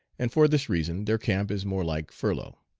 and for this reason their camp is more like furlough.